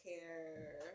care